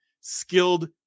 skilled